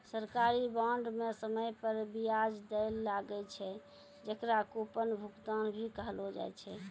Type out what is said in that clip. सरकारी बांड म समय पर बियाज दैल लागै छै, जेकरा कूपन भुगतान भी कहलो जाय छै